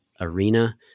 arena